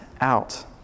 out